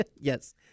Yes